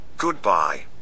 Goodbye